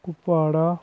Kupwara